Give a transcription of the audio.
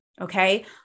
Okay